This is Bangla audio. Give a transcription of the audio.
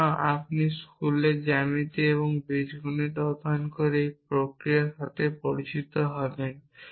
সুতরাং আপনি স্কুলে জ্যামিতি এবং বীজগণিত অধ্যয়ন করে এই প্রক্রিয়াটির সাথে পরিচিত হবেন